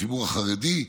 הציבור החרדי,